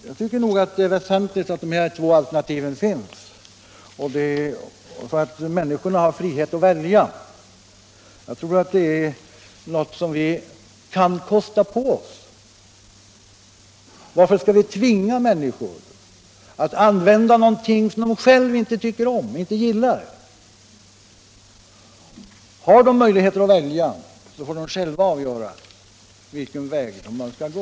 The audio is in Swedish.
Jag tycker att det är väsentligt att de här två alternativen finns, för det ger människorna frihet att välja, och jag tror att det är något som vi kan kosta på oss. Varför skall vi tvinga människor att använda någonting som de inte gillar? Har de möjligheter att välja, får de själva avgöra vilken väg de önskar gå.